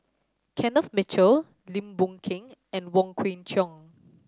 Kenneth Mitchell Lim Boon Keng and Wong Kwei Cheong